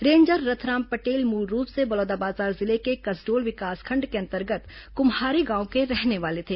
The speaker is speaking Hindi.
रेंजर रथराम पटेल मूलरूप से बलौदाबाजार जिले के कसडोल विकासखंड के अंतर्गत कुम्हारी गांव के रहने वाले थे